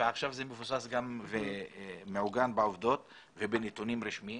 ועכשיו זה מבוסס ומעוגן בעובדות ובנתונים רשמיים,